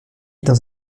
dans